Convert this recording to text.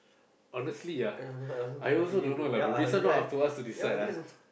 honestly ah I also don't know lah bro this one not up to us to decide lah